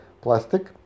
plastic